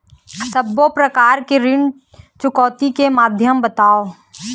सब्बो प्रकार ऋण चुकौती के माध्यम बताव?